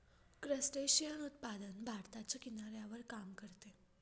crustacean उत्पादन भारताच्या किनाऱ्यावर काम करते